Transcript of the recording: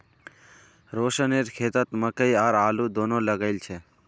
रोशनेर खेतत मकई और आलू दोनो लगइल छ